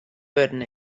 wurden